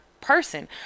person